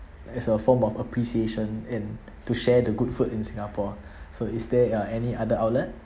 as a form of appreciation and to share the good food in singapore so is there uh any other outlet